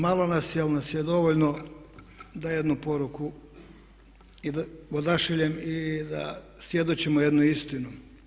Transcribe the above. Malo nas je al' nas je dovoljno da jednu poruku odašiljem i da svjedočimo jednu istinu.